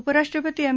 उपराष्ट्रपती एम